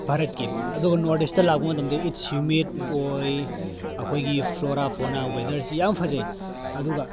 ꯚꯥꯔꯠꯀꯤ ꯑꯗꯨꯒ north east ꯂꯥꯛꯄ ꯃꯇꯝꯗ ꯏꯠꯁ ꯍ꯭ꯌꯨꯃꯤꯠ ꯑꯣꯏ ꯑꯩꯈꯣꯏꯒꯤ ꯐ꯭ꯂꯣꯔꯥ ꯐꯣꯅꯥ ꯋꯦꯗꯔꯁꯤ ꯌꯥꯝ ꯐꯖꯩ ꯑꯗꯨꯒ